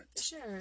Sure